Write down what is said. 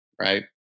right